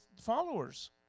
followers